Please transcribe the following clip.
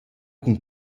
cun